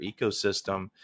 ecosystem